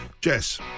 Jess